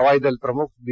हवाई दल प्रमुख बी